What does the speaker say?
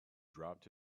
dropped